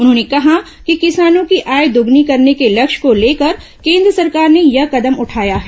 उन्होंने कहा कि किसानों की आय दोगुनी करने के लक्ष्य को लेकर केन्द्र सरकार ने यह कदम उठाया है